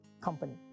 company